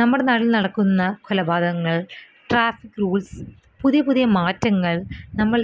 നമ്മുടെ നാട്ടിൽ നടക്കുന്ന കൊലപാതകങ്ങൾ ട്രാഫിക് റൂൾസ് പുതിയ പുതിയ മാറ്റങ്ങൾ നമ്മൾ